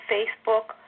Facebook